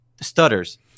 stutters